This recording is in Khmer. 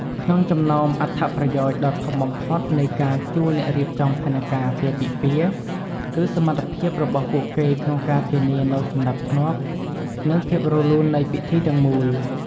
ក្នុងចំណោមអត្ថប្រយោជន៍ដ៏ធំបំផុតនៃការជួលអ្នករៀបចំផែនការអាពាហ៍ពិពាហ៍ គឺសមត្ថភាពរបស់ពួកគេក្នុងការធានានូវសណ្ដាប់ធ្នាប់ និងភាពរលូននៃពិធីទាំងមូល។